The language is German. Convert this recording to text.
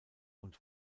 und